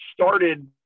started